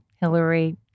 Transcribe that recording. Hillary